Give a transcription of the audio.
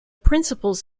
principles